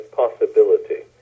possibility